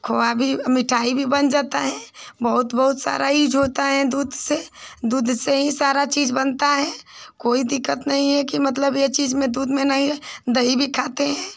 खोआ भी मिठाई भी बन जाता है बहुत बहुत सारा यूज़ होता है दूध से दूध से ही सारी चीज़ बनती है कोई दिक्कत नहीं है कि मतलब यह चीज़ में दूध में नहीं है दही भी खाते हैं